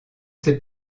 ces